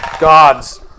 gods